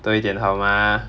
多一点好 mah